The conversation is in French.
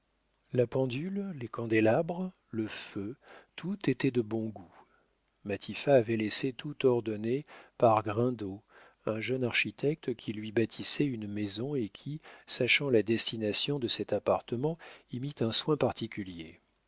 la pendule les candélabres le feu tout était de bon goût matifat avait laissé tout ordonner par grindot un jeune architecte qui lui bâtissait une maison et qui sachant la destination de cet appartement y mit un soin particulier